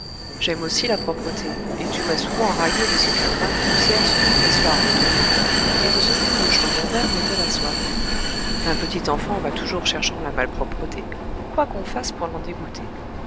j'aime aussi la propreté et tu m'as souvent raillé de ce qu'un grain de poussière sur le dressoir me tourmentait et de ce qu'une mouche dans mon verre m'ôtait la soif un petit enfant va toujours cherchant la malpropreté quoi qu'on fasse pour l'en dégoûter